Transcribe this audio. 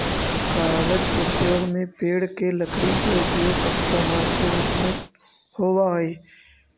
कागज उद्योग में पेड़ के लकड़ी के उपयोग कच्चा माल के रूप में होवऽ हई